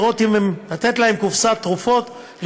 לתת להם קופסת תרופות,